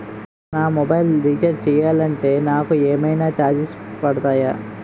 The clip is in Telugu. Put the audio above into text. నేను నా మొబైల్ రీఛార్జ్ చేయాలంటే నాకు ఏమైనా చార్జెస్ పడతాయా?